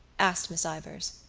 asked miss ivors.